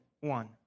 one